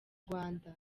rwanda